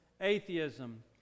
atheism